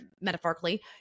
metaphorically